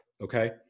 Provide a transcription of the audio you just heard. okay